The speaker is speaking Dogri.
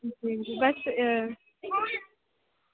बस